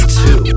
two